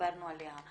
דיברנו עליה.